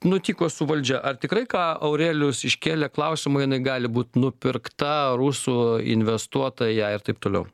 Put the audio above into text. nutiko su valdžia ar tikrai ką aurelijus iškėlė klausimą jinai gali būt nupirkta rusų investuota į ją ir taip toliau